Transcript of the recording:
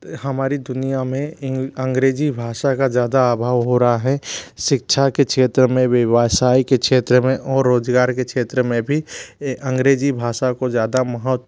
हमारी दुनिया में इन अंग्रेजी भाषा का ज़्यादा अभाव हो रहा है शिक्षा के क्षेत्र में व्यवसाय के क्षेत्र में और रोजगार के क्षेत्र में भी अंग्रेजी भाषा को ज़्यादा महत्त्व